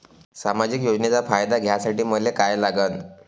सामाजिक योजनेचा फायदा घ्यासाठी मले काय लागन?